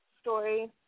story